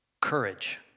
courage